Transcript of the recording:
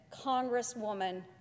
Congresswoman